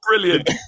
Brilliant